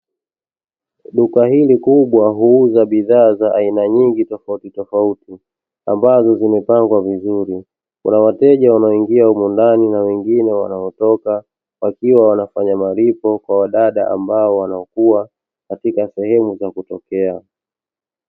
Duka hili kubwa huuza bidhaa za aina nyingi tofautitofauti ambazo zimepangwa vizuri. Kuna wateja wanaoingia humu ndani na wengine wanaotoka, wakiwa wanafanya malipo kwa wadada ambao wanaokuwa katika sehemu za akupokea.